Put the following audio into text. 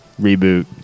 reboot